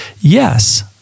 Yes